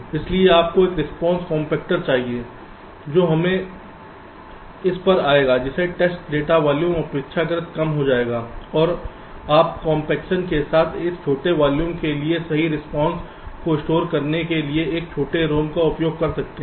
इसलिए आपको एक रिस्पांस कम्पेक्टर चाहिए जो हमें इस पर आएगा जिससे टेस्ट डेटा वॉल्यूम अपेक्षाकृत कम हो जाएगा और आप कॉम्पेक्शन के बाद उस छोटे वैल्यू के लिए सही रिस्पांस को स्टोर करने के लिए एक छोटे ROM का उपयोग कर सकते हैं